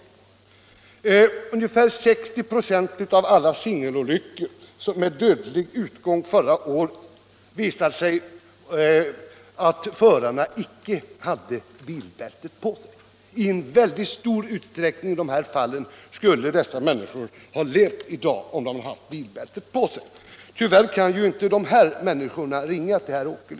Vid ungefär 60 96 av alla singelolyckor med dödlig utgång förra året använde förarna inte bilbälte. En väldigt stor del av dessa människor skulle ha överlevt, om de haft bilbälte på sig. Tyvärr kan inte dessa människor ringa till herr Åkerlind.